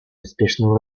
успешного